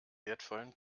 wertvollen